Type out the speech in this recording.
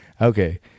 Okay